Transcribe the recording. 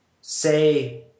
say